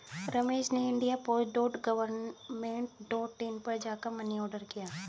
रमेश ने India post dot government dot in पर जा कर मनी ऑर्डर किया